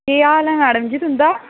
केह् हाल ऐ मैडम जी तुं'दा